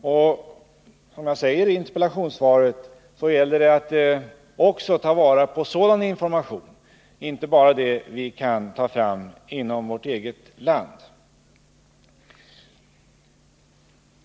Som jag säger i interpellationssvaret gäller det att också ta vara på sådan information och inte bara på den information som vi kan ta fram inom vårt eget land.